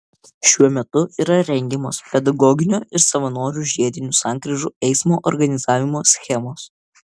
šiuo metu yra rengiamos pedagoginio ir savanorių žiedinių sankryžų eismo organizavimo schemos